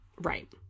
right